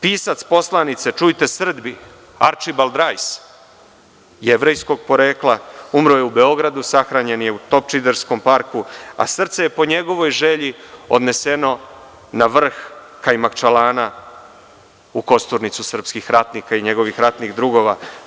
Pisac poslanice „Čujte Srbi“, Arčibald Rajs, jevrejskog porekla, umro je u Beogradu, sahranjen je u Topčiderskom parku, a srce je po njegovoj želji odnešeno na vrh Kajmakčalana u kosturnicu srpskih ratnika i njegovih ratnih drugova.